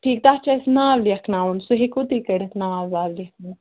ٹھیٖک تَتھ چھُ اَسہِ ناو لیکھناوُن سُہ ہیٚکو تُہۍ کٔرِتھ ناو واو لَیٚکھناو